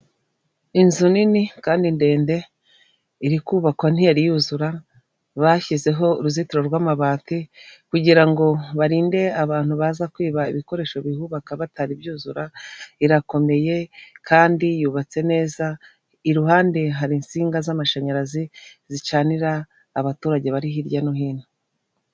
Inzu nini kandi ndende iri kubakwa ntiyari yuzura bashyizeho uruzitiro rw'amabati kugira ngo barinde abantu baza kwiba ibikoresho bihubaka bitari byuzura irakomeye kandi yubatse neza iruhande hari insinga z'amashanyarazi zicanira abaturage bari hirya no hino.